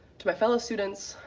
to my fellow students,